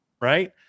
right